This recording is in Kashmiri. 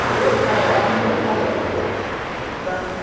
تہٕ کَرو اَتھ مُتعلِق کَرو أسۍ کتھ